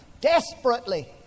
desperately